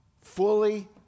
fully